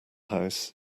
house